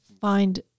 find